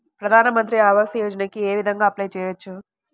ప్రధాన మంత్రి ఆవాసయోజనకి ఏ విధంగా అప్లే చెయ్యవచ్చు?